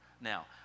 Now